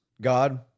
God